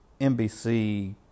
NBC